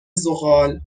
ذغال